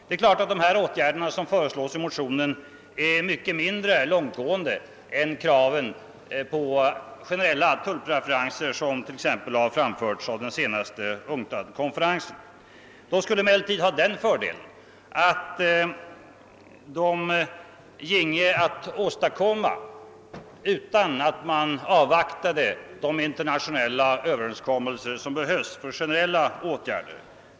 Det är klart att de åtgärder som föreslås i motionen är mycket mindre långtgående än kravet på generella tullpreferenser såsom t.ex. framfördes av den senaste UNCTAD-konferensen. I motionen föreslagna åtgärder skulle emellertid ha den fördelen att de kunde åstadkommas utan att man avvaktade de internationella överenskommelser som behövs för generella åtgärder.